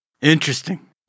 Interesting